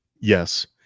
Yes